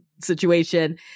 situation